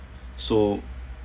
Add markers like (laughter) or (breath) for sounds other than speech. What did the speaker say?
(breath) so